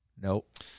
Nope